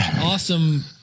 awesome